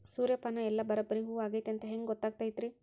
ಸೂರ್ಯಪಾನ ಎಲ್ಲ ಬರಬ್ಬರಿ ಹೂ ಆಗೈತಿ ಅಂತ ಹೆಂಗ್ ಗೊತ್ತಾಗತೈತ್ರಿ?